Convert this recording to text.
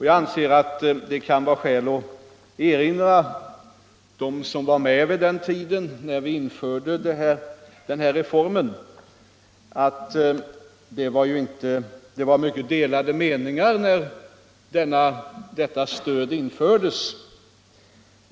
Jag anser att det kan finnas skäl att erinra dem som var med när vi genomförde den reformen om att det rådde mycket delade meningar när detta stöd infördes.